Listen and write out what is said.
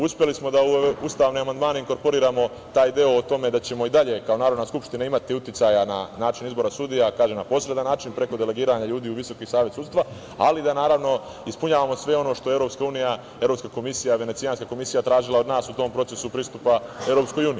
Uspeli smo da u ove ustavne amandmane inkorporiramo taj deo o tome da ćemo i dalje kao Narodna skupština imati uticaja na način izbora sudija, kažem na posredan način, preko delegiranja ljudi u Visoki savet sudstva, ali da, naravno, ispunjavamo sve ono što je EU, Evropska komisija, Venecijanska komisija tražila od nas u tom procesu pristupa EU.